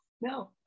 No